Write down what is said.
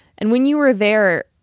and when you were there,